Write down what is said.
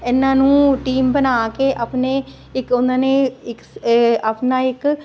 ਇਹਨਾਂ ਨੂੰ ਟੀਮ ਬਣਾ ਕੇ ਆਪਣੇ ਇੱਕ ਉਨ੍ਹਾਂ ਨੇ ਇੱਕ ਆਪਣਾ ਇੱਕ